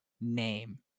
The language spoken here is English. name